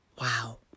Wow